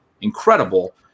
incredible